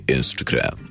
Instagram